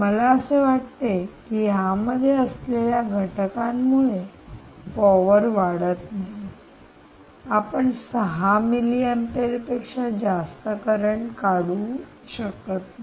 मला असे वाटते की यामध्ये असलेल्या घटकामुळे पॉवर वाढतं नाही आपण 6 मिलिअम्पियरपेक्षा जास्त करंट काढू शकत नाही